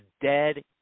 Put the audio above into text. dead